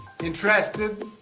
Interested